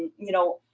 you know,